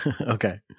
Okay